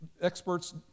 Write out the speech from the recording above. experts